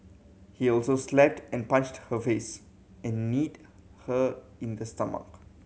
he also slapped and punched her face and kneed her in the stomach